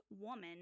woman